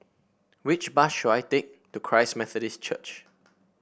which bus should I take to Christ Methodist Church